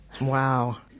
Wow